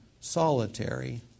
solitary